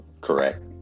correct